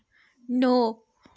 नौ